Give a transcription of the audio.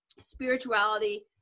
spirituality